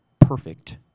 perfect